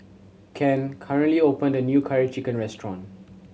can Ken recently opened a new Curry Chicken restaurant